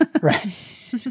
right